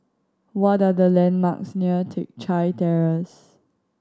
what are the landmarks near Teck Chye Terrace